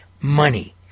money